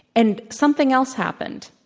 and something else happened.